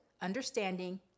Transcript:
understanding